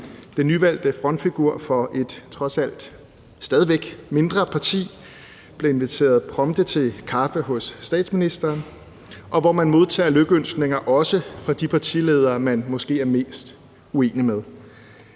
den nyvalgte frontfigur for et trods alt stadig væk mindre parti prompte bliver inviteret til kaffe hos statsministeren, og hvor man også modtager lykønskninger fra de partiledere, man måske er mest uenig med.